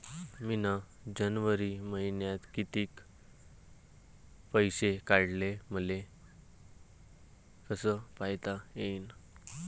मिन जनवरी मईन्यात कितीक पैसे काढले, हे मले कस पायता येईन?